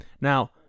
now